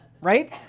right